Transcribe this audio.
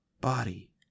Body